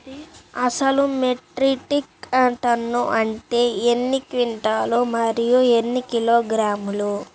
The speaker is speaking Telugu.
అసలు మెట్రిక్ టన్ను అంటే ఎన్ని క్వింటాలు మరియు ఎన్ని కిలోగ్రాములు?